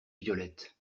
violette